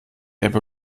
ebbe